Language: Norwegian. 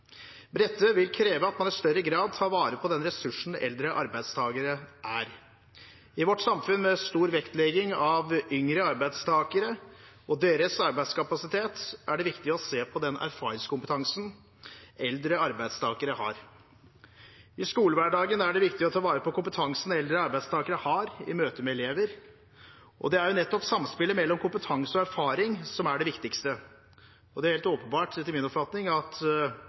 dette vil kreve at man i større grad tar vare på den ressursen eldre arbeidstakere er. I vårt samfunn med stor vektlegging av yngre arbeidstakere og deres arbeidskapasitet er det viktig å se på den erfaringskompetansen eldre arbeidstakere har. I skolehverdagen er det viktig å ta vare på kompetansen eldre arbeidstakere har, i møte med elever. Det er nettopp samspillet mellom kompetanse og erfaring som er det viktigste. Det er helt åpenbart, etter min oppfatning, at